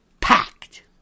Packed